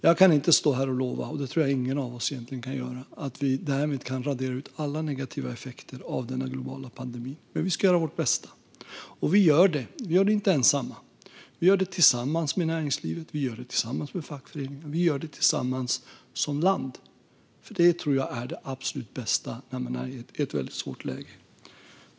Jag kan inte stå här och lova - det tror jag inte att någon av oss egentligen kan göra - att vi därmed kan radera ut alla negativa effekter av denna globala pandemi, men vi ska göra vårt bästa. Vi gör det inte ensamma. Vi gör det tillsammans med näringslivet, tillsammans med fackföreningarna och tillsammans som land; det tror jag är det absolut bästa när man är i ett väldigt svårt läge.